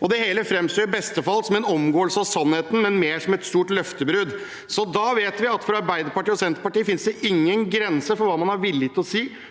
og det hele framstår i beste fall som en omgåelse av sannheten, men mer som et stort løftebrudd. Da vet vi at for Arbeiderpartiet og Senterpartiet finnes det ingen grenser for hva man er villig til å si